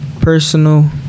personal